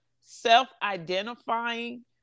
self-identifying